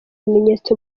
ibimenyetso